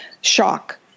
shock